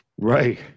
Right